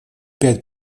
пять